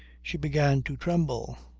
she began to tremble.